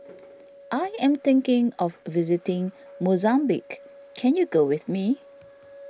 I am thinking of visiting Mozambique can you go with me